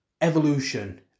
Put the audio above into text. Evolution